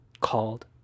called